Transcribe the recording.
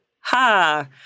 Ha